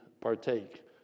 partake